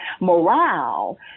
morale